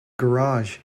garage